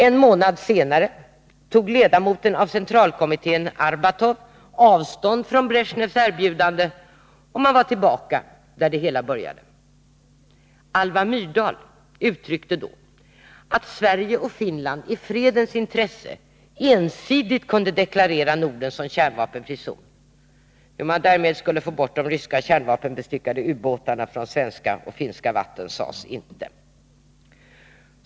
En månad senare tog ledamoten av centralkommittén Arbatov avstånd från Bresjnevs erbjudande, och man var tillbaka där det hela började. Alva Myrdal uttryckte då att Sverige och Finland, i fredens intresse, ensidigt kunde deklarera Norden som kärnvapenfri zon — hur man därmed skulle få bort de ryska kärnvapenbestyckade ubåtarna från svenska och finska vatten sades inte.